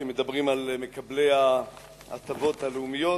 כשמדברים על מקבלי ההטבות הלאומיות,